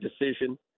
decision